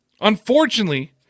Unfortunately